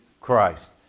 Christ